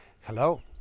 Hello